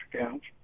accounts